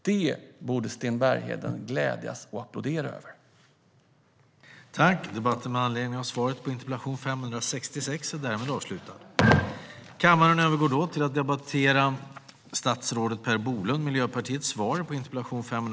Det borde Sten Bergheden glädjas åt och applådera över.